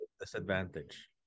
disadvantage